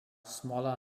smaller